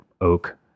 oak